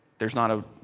there is not a,